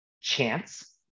chance